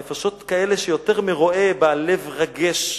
נפשות כאלה שיותר מרועה בעל לב רגש,